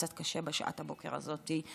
קצת קשה בשעת הבוקר הזאת.